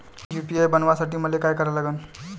UPI बनवासाठी मले काय करा लागन?